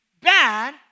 bad